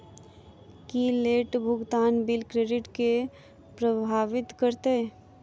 की late भुगतान bill credit केँ प्रभावित करतै?